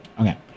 Okay